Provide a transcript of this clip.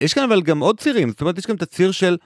יש כאן אבל גם עוד צירים, זאת אומרת יש כאן את הציר של...